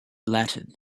latin